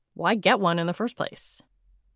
why get one in the first place?